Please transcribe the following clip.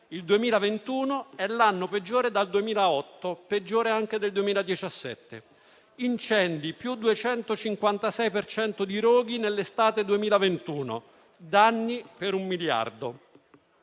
«Il 2021 è l'anno peggiore dal 2008: superato il record del 2017». «Incendi: +256% di roghi nell'estate 2021». «Danni per un miliardo».